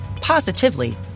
positively